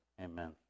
Amen